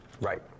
Right